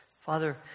Father